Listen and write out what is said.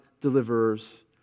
deliverers